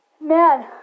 Man